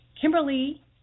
Kimberly